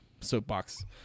soapbox